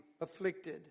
afflicted